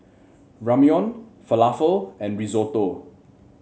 Ramyeon Falafel and Risotto